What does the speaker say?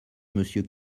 monsieur